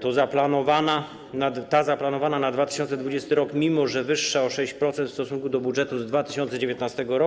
Ta zaplanowana na 2020 r., mimo że wyższa o 6% w stosunku do budżetu z 2019 r.,